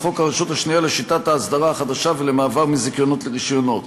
חוק הרשות השנייה לשיטת האסדרה החדשה ולמעבר מזיכיונות לרישיונות.